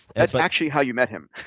that's actually how you met him.